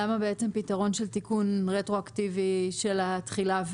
למה הפתרון הוא תיקון רטרואקטיבי של התחילה,